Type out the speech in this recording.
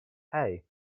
hey